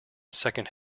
second